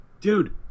dude